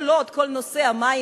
כל עוד כל נושא המים,